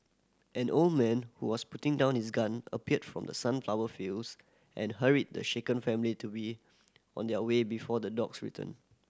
an old man who was putting down his gun appeared from the sunflower fields and hurried the shaken family to be on their way before the dogs return